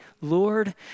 Lord